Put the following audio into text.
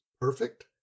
perfect